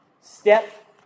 Step